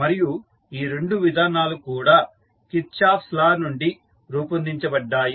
మరియు ఈ రెండు విధానాలు కూడా కిర్చాఫ్స్ లా Kirchoff's law నుండి రూపొందించబడ్డాయి